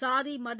சாதி மத